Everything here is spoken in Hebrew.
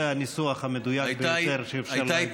זה הניסוח המדויק ביותר שאפשר להגיד.